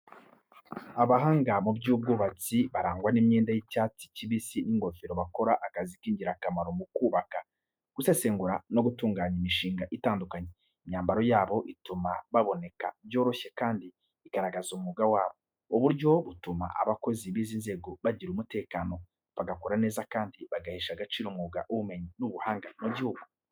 Abahanga mu by'ubwubatsi barangwa n’imyenda y’icyatsi kibisi n’ingofero bakora akazi k’ingirakamaro mu kubaka, gusesengura no gutunganya imishinga itandukanye. Imyambaro yabo ituma baboneka byoroshye kandi igaragaza umwuga wabo. Ubu buryo butuma abakozi b'izi nzego bagira umutekano, bagakora neza kandi bagahesha agaciro umwuga w'ubumenyi n'ubuhanga mu gihugu.